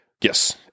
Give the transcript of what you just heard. Yes